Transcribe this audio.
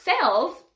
sales